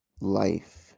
life